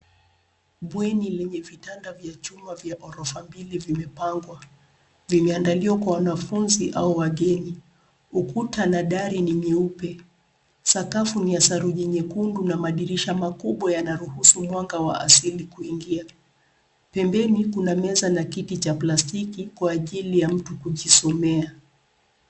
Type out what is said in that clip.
Bweni lenye vitanda vya chuma vya ghorofa mbili vimepangwa. Vimeandaliwa kwa wanafunzi au wageni. Ukuta na dari ni myeupe. Sakafu ni ya saruji nyekundu na madirisha makubwa yanaruhusu mwanga wa asili kuingia. Pembeni kuna meza na kiti cha plastiki kwa ajili ya mtu kujisomea.